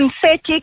synthetic